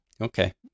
Okay